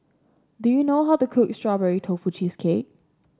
do you know how to cook Strawberry Tofu Cheesecake